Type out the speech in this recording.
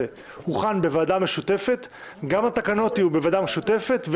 הוכן בוועדה משותפת גם התקנות יהיו בוועדה משותפת,